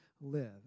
live